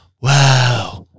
Wow